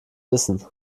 wissen